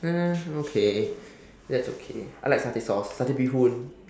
uh okay that's okay I like satay sauce satay bee-hoon